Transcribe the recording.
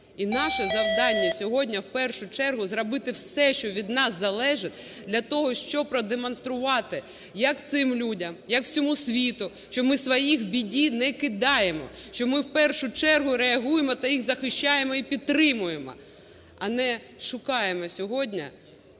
І наше завдання сьогодні в першу чергу зробити все, що від нас залежить для того, щоб продемонструвати, як цим людям, як всьому світу, що ми своїх в біді не кидаємо, що ми в першу чергу реагуємо та їх захищаємо і підтримуємо, а не шукаємо сьогодні